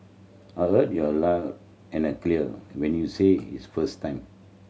I heard you aloud and I clear when you said its first time